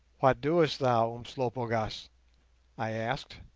what doest thou, umslopogaas i asked.